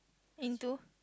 into